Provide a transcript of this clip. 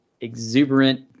exuberant